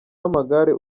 w’amagare